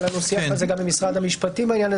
היה לנו שיח על זה גם עם משרד המשפטים בעניין,